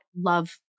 love